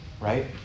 right